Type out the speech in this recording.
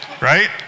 right